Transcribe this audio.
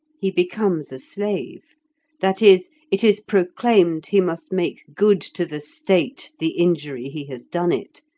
he becomes a slave that is, it is proclaimed he must make good to the state the injury he has done it,